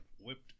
Whipped